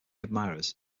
admirers